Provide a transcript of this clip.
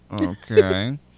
Okay